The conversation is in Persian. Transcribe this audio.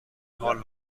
حال